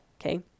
Okay